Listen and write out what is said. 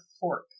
fork